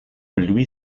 lui